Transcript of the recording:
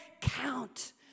count